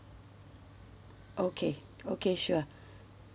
okay okay sure